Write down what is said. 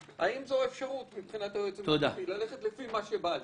האם זו אפשרות מבחינת היועץ המשפטי ללכת לפי "מה שבא לי"?